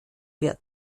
wird